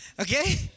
Okay